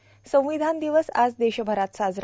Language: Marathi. र्सोवधान र्दिवस आज देशभरात साजरा